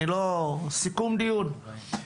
סיכום דיון.